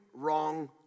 wrong